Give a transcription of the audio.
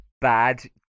bad